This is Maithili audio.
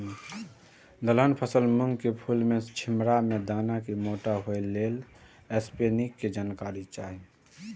दलहन फसल मूँग के फुल में छिमरा में दाना के मोटा होय लेल स्प्रै निक के जानकारी चाही?